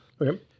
Okay